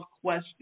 question